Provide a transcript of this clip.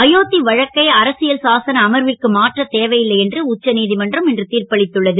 அயோத் வழக்கை அரசியல் சாசன அமர்விற்கு மாற்ற தேவை ல்லை என்று உச்சநீ மன்றம் இன்று தீர்ப்பளித்துள்ளது